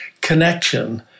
connection